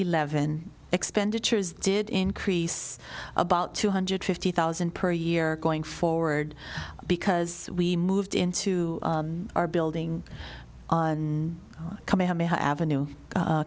eleven expenditures did increase about two hundred fifty thousand per year going forward because we moved into our building on